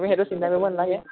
তুমি হেইটো চিন্তা কৰিব নেলাগে